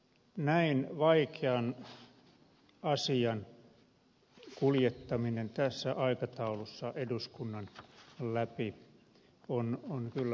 näin vaikean asian kuljettaminen tässä aikataulussa eduskunnan läpi on kyllä mestarisuoritus